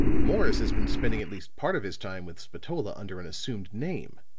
morris has been spending at least part of his time with spatola under an assumed name